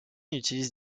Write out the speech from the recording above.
utilise